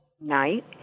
night